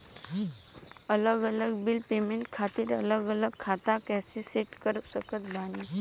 अलग अलग bill payment खातिर अलग अलग खाता कइसे सेट कर सकत बानी?